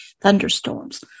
thunderstorms